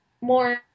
more